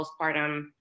postpartum